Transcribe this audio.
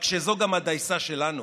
רק שזו גם הדייסה שלנו.